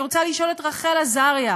אני רוצה לשאול את רחל עזריה,